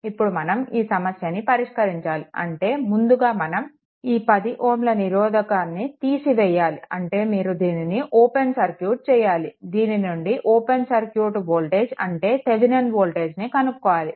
ఇప్పుడు మనం ఈ సమస్యను పరిష్కరించాలి అంటే ముందుగా మనం ఈ 10Ω నిరోధకంను తీసివేయాలి అంటే మీరు దీనిని ఓపెన్ సర్క్యూట్ చేయాలి దీనిని నుండి ఓపెన్ సర్క్యూట్ వోల్టేజ్ అంటే థెవెనిన్ వోల్టేజ్ను కనుక్కోవాలి